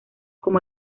como